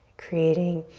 creating